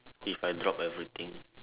if I dropped everything